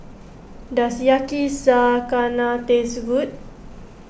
does Yakizakana taste good